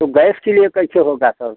तो गैस के लिए कैसे होगा सर